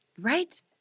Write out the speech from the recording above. Right